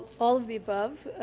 all of the above.